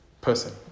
person